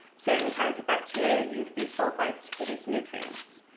certain kinds of bacteria use these sulfides to produce nutrients.